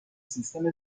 سیستم